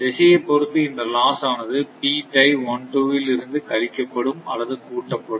திசையை பொருத்து இந்த லாஸ் ஆனது ல் இருந்து கழிக்கப்படும் அல்லது கூட்டப்படும்